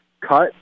cut